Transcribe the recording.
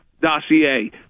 dossier